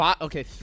Okay